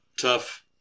tough